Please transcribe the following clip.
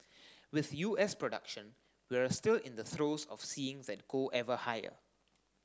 with U S production we're still in the throes of seeing that go ever higher